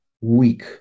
weak